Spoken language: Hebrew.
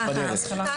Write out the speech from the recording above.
יש את ההנחיה שלכם.